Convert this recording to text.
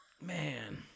Man